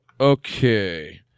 Okay